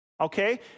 Okay